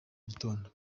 gitondo